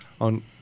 on